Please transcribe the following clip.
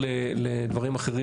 (שקף: "מנוע ההפעלה").